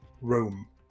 Rome